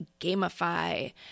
gamify